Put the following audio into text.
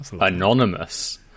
anonymous